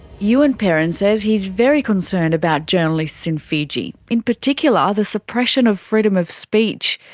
ewan perrin says he is very concerned about journalists in fiji, in particular the suppression of freedom of speech.